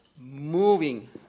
moving